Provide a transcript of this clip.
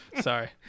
Sorry